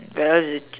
where else it